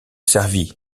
servi